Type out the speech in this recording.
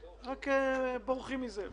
רק בורחים מזה.